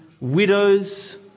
widows